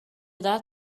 that